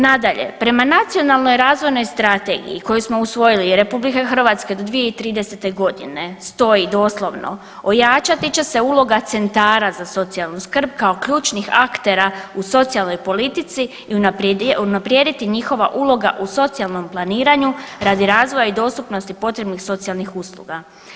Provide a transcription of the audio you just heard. Nadalje, prema nacionalnoj razvoj strategiji koju smo usvojili RH do 2030.g. stoji doslovno ojačati će se uloga centra za socijalnu skrb kao ključnih aktera u socijalnoj politici i unaprijediti njihova uloga u socijalnom planiranju radi razvoja i dostupnosti potrebnih socijalnih usluga.